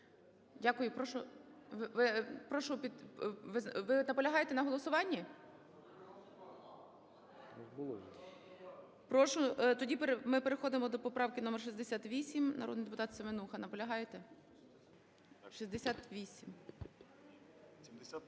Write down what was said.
Прошу… Ви наполягаєте на голосуванні? Прошу, тоді ми переходимо до поправки номер 68, народний депутат Семенуха. Наполягаєте? 68.